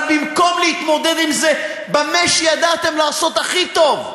אבל במקום להתמודד עם זה במה שידעתם לעשות הכי טוב,